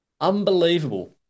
Unbelievable